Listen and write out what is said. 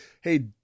hey